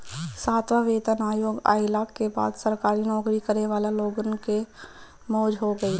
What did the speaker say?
सातवां वेतन आयोग आईला के बाद सरकारी नोकरी करे वाला लोगन के मौज हो गईल